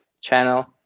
channel